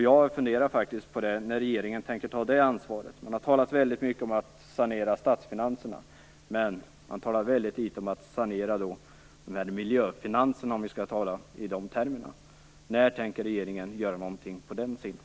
Jag funderar på när regeringen tänker ta det ansvaret. Man har talat väldigt mycket om att sanera statsfinanserna, men man talar väldigt litet om att sanera miljöfinanserna, om vi skall tala i de termerna. När tänker regeringen göra någonting på den sidan?